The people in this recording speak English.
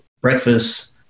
breakfast